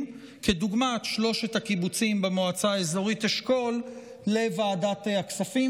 דוגמת שלושת הקיבוצים במועצה האזורית אשכול לוועדת הכספים,